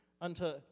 unto